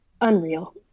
unreal